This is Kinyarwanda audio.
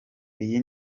iyi